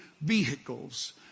vehicles